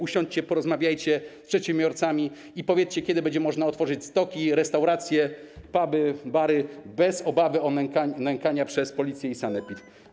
Usiądźcie, porozmawiajcie z przedsiębiorcami i powiedzcie, kiedy będzie można otworzyć stoki, restauracje, puby, bary bez obawy o nękanie przez Policję i sanepid.